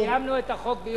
סיימנו את החוק ביום,